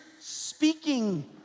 speaking